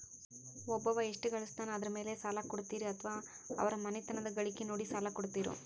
ಒಬ್ಬವ ಎಷ್ಟ ಗಳಿಸ್ತಾನ ಅದರ ಮೇಲೆ ಸಾಲ ಕೊಡ್ತೇರಿ ಅಥವಾ ಅವರ ಮನಿತನದ ಗಳಿಕಿ ನೋಡಿ ಸಾಲ ಕೊಡ್ತಿರೋ?